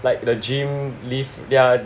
like the gym lift yeah